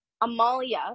Amalia